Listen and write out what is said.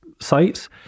sites